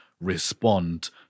respond